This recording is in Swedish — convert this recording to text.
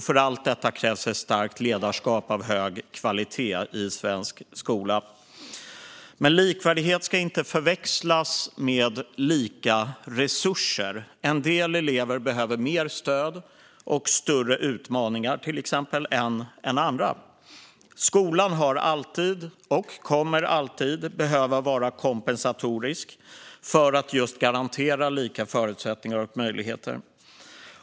För allt detta krävs ett starkt ledarskap av hög kvalitet i svensk skola. Men likvärdighet ska inte förväxlas med lika resurser. En del elever behöver mer stöd och större utmaningar än andra. Skolan har alltid varit, och kommer alltid att vara, kompensatorisk för att garantera lika förutsättningar och möjligheter.